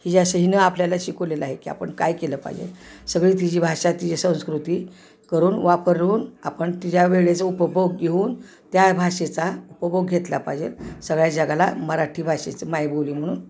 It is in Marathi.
हि जसं हिने आपल्याला शिकवलेलं आहे की आपण काय केलं पाहिजे सगळी तिची भाषा तिची संस्कृती करून वापरून आपण तिच्या वेळेचा उपभोग घेऊन त्या भाषेचा उपभोग घेतला पाहिजे सगळ्या जगाला मराठी भाषेचं मायबोली म्हणून